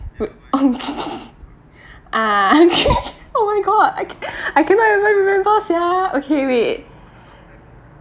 ah oh my god I c~ I cannot even remember sia okay wait